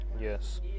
Yes